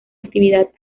actividad